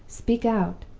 speak out.